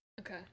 Okay